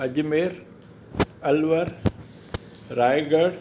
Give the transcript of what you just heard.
Ajmer Alwar Raigad